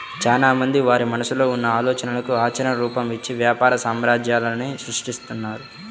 చాలామంది వారి మనసులో ఉన్న ఆలోచనలకు ఆచరణ రూపం, ఇచ్చి వ్యాపార సామ్రాజ్యాలనే సృష్టిస్తున్నారు